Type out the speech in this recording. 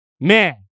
man